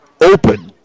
open